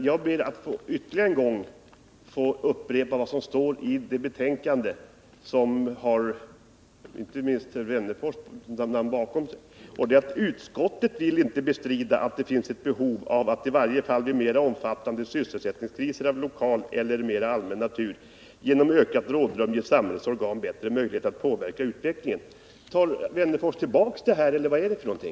Jag ber att få upprepa ytterligare en gång vad som står i det betänkande som har inte minst herr Wennerfors namn bakom sig, nämligen: ”Utskottet vill inte bestrida att det finns ett behov av att i varje fall vid mera omfattande sysselsättningskriser av lokal eller mera allmän natur genom ökat rådrum ge samhällets organ bättre möjligheter att påverka utvecklingen.”